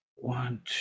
one